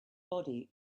body